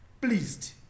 pleased